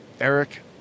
Eric